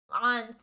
on